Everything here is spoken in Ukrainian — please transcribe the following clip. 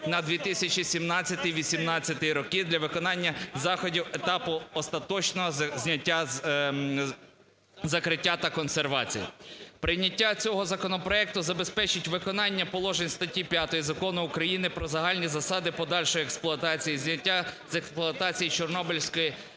на 2017-2018 роки для виконання заходів етапу остаточного зняття… закриття та консервації. Прийняття цього законопроекту забезпечить виконання положень статті 5 Закону України "Про загальні засади подальшої експлуатації, зняття з експлуатації Чорнобильської